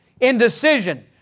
Indecision